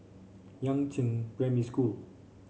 Yangzheng Primary School